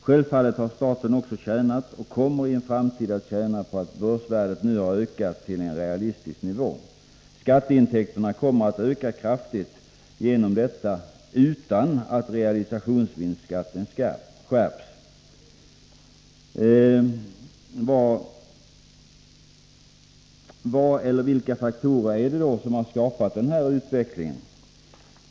Självfallet har staten också tjänat och kommer i en framtid att tjäna på att börsvärdet nu har ökat till en realistisk nivå. Skatteintäkterna kommer att öka kraftigt genom detta utan att realisationsvinstskatten skärps. Vilken eller vilka faktorer är det då som har skapat den här utvecklingen?